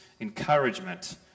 encouragement